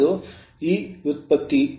ಮುಂದಿನದು ಈ ವ್ಯುತ್ಪತ್ತಿ